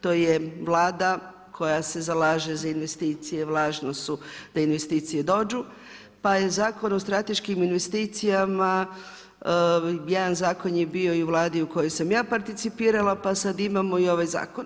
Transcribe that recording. To je Vlada koja se zalaže za investicije, važne su da investicije dođu, pa je Zakon o strateškim investicijama, jedan zakon je bio i u Vladi u kojoj sam ja participirala, pa sad imamo i ovaj Zakon.